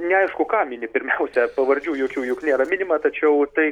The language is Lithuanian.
neaišku ką mini pirmiausia pavardžių jokių juk nėra minima tačiau tai